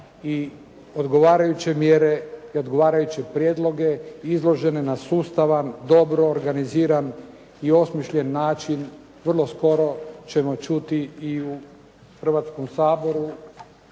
i odgovarajuće mjere i odgovarajuće prijedloge izložene na sustavan, dobro organiziran i osmišljen način vrlo skoro ćemo čuti i u Hrvatskom saboru